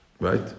Right